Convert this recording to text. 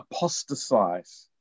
apostasize